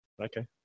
Okay